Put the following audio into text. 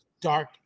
dark